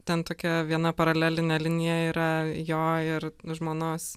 ten tokia viena paralelinė linija yra jo ir žmonos